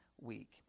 week